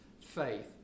faith